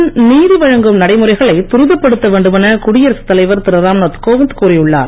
நவீன ந்திவழங்கும் நடைமுறைகளை துரிதப்படுத்த வேண்டுமென குடியரசு தலைவர் திரு ராம்நாத் கோவிந்த் கூறி உள்ளார்